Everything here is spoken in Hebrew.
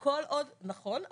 נכון,